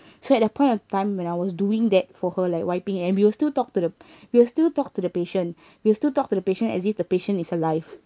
so at that point of time when I was doing that for her like wiping and we will still talk to the we'll still talk to the patient we will still talk to the patient as if the patient is alive